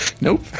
nope